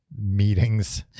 meetings